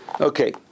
Okay